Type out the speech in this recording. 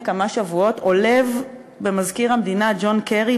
כמה שבועות עולב במזכיר המדינה ג'ון קרי,